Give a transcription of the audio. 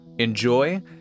Enjoy